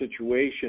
situation